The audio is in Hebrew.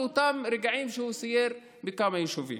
באותם רגעים שהוא סייר בכמה יישובים.